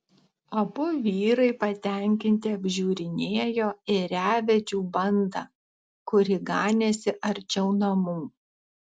abu vyrai patenkinti apžiūrinėjo ėriavedžių bandą kuri ganėsi arčiau namų